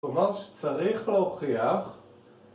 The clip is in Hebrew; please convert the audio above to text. כלומר שצריך להוכיח